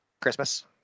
Christmas